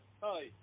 hi